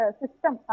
system